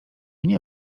nie